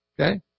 Okay